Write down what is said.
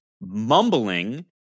mumbling